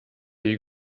you